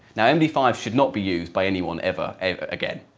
now only five should not be used by anyone ever, ever again.